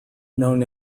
known